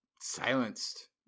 silenced